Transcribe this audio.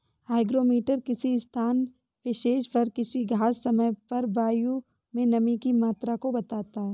hygrometer किसी स्थान विशेष पर किसी खास समय पर वायु में नमी की मात्रा को बताता है